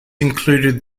included